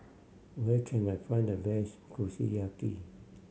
where can I find the best Kushiyaki